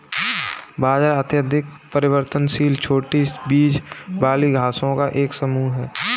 बाजरा अत्यधिक परिवर्तनशील छोटी बीज वाली घासों का एक समूह है